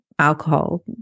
alcohol